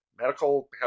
Medical